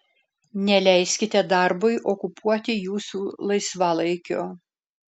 neleiskite darbui okupuoti jūsų laisvalaikio